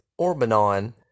Orbanon